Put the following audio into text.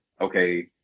okay